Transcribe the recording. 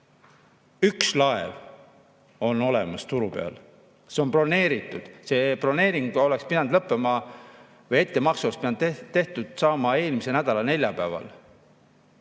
Üks laev on olemas turu peal, see on broneeritud. See broneering oleks pidanud lõppema või ettemaks oleks pidanud tehtud saama eelmise nädala neljapäeval.